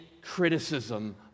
criticism